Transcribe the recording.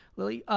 lilly.